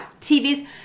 TVs